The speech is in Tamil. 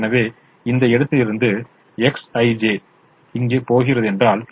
எனவே இந்த இடத்திலிருந்து X11 இங்கே போகிறது என்றால்